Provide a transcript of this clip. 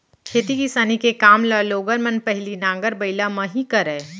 खेती किसानी के काम ल लोगन मन पहिली नांगर बइला म ही करय